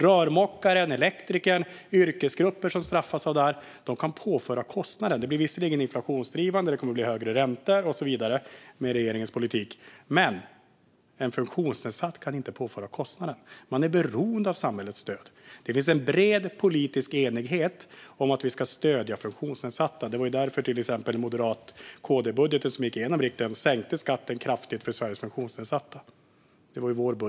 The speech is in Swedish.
Rörmokare, elektriker och andra yrkesgrupper som drabbas kan påföra kostnaden av regeringens politik. Det blir visserligen inflationsdrivande och högre räntor, men en funktionsnedsatt kan inte påföra kostnaden utan är beroende av samhällets stöd. Det finns en bred politisk enighet om att stödja funktionsnedsatta, och därför sänker M och KD-budgeten som gick igenom i riksdagen skatten kraftigt för funktionsnedsatta.